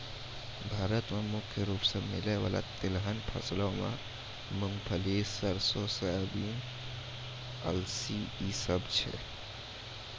भारत मे मुख्य रूपो से मिलै बाला तिलहन फसलो मे मूंगफली, सरसो, सोयाबीन, अलसी इ सभ छै